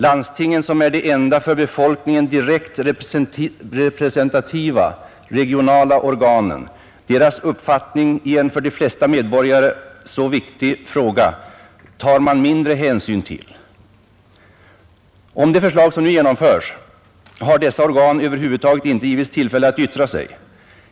landstingen är de enda för befolkningen direkt representativa regionala organen, men deras uppfattning i en för de flesta medborgare så viktig fråga tas det mindre hänsyn till. Beträffande det förslag som nu genomföres har dessa organ över huvud taget inte givits tillfälle att yttra sig.